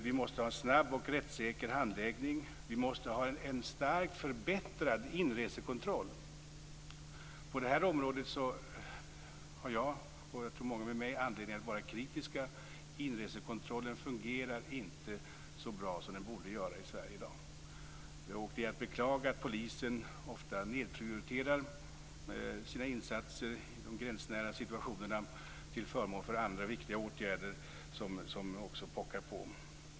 Vi måste ha snabb och rättssäker handläggning. Vi måste ha en starkt förbättrad inresekontroll. På det området har jag och troligen många med mig anledning att vara kritiska. Inresekontrollen fungerar inte så bra som den borde göra i Sverige i dag. Det är att beklaga att polisen ofta nedprioriterar sina insatser i de gränsnära situationerna till förmån för andra viktiga åtgärder som också pockar på.